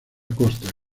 costa